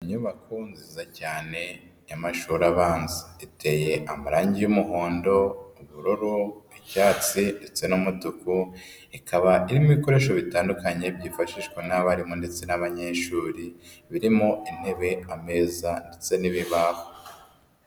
Inyubako nziza cyane y'amashuri abanza, iteye amarangi y'umuhondo, ubururu, icyatsi ndetse n'umutuku, ikaba irimo ibikoresho bitandukanye byifashishwa n'abarimu ndetse n'abanyeshuri, birimo intebe, ameza ndetse n'ibibaho.